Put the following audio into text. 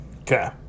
okay